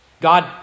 God